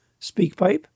Speakpipe